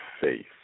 faith